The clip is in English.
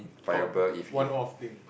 for one off thing